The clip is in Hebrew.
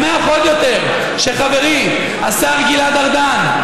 אני שמח עוד יותר שחברי, השר גלעד ארדן,